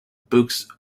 books